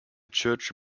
church